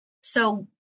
So-